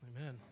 Amen